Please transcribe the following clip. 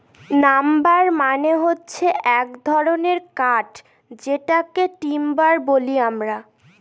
number মানে হচ্ছে এক ধরনের কাঠ যেটাকে টিম্বার বলি আমরা